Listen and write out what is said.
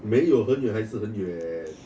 没有很远还是很远